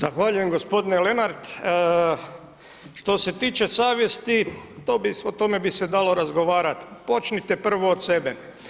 Zahvaljujem gospodine Lenart, što se tiče savjesti to bi, o tome bi se dalo razgovarat, počnite prvo od sebe.